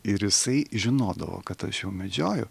ir jisai žinodavo kad aš jau medžioju